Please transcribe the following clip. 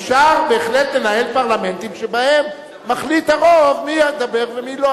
אפשר בהחלט לנהל פרלמנטים שבהם מחליט הרוב מי ידבר ומי ולא,